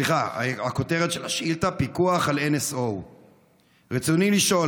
כותרת השאילתה היא פיקוח על NSO. רצוני לשאול: